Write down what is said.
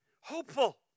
hopeful